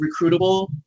recruitable